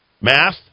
Math